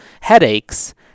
headaches